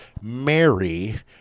Mary